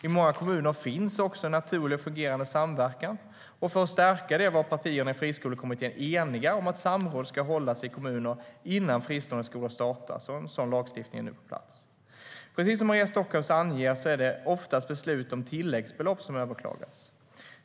I många kommuner finns också en naturlig och fungerande samverkan. För att stärka det var partierna i Friskolekommittén eniga om att samråd ska hållas i kommuner innan fristående skolor startas, och en sådan lagstiftning är nu på plats. Precis som Maria Stockhaus anger är det oftast beslut om tilläggsbelopp som överklagas.